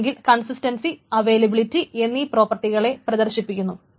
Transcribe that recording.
അല്ലെങ്കിൽ consistency availability എന്നീ പ്രോപ്പർട്ടികളെ പ്രദർശിപ്പിക്കുന്നു